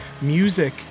music